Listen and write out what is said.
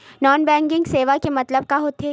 Non banking सेवा के मतलब का होथे?